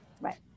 Right